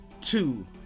two